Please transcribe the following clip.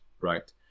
Right